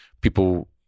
People